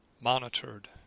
monitored